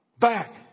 back